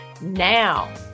now